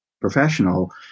professional